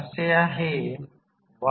परंतु आणि K K 1 ठेवा